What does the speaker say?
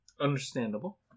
Understandable